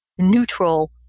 neutral